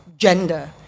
Gender